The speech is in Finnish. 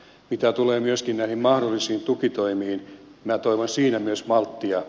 mitä tulee myöskin näihin mahdollisiin tukitoimiin minä toivon siinä myös malttia